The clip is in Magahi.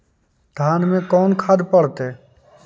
धान मे कोन खाद पड़तै?